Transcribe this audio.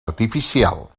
artificial